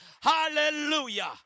Hallelujah